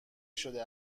شده